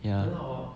yeah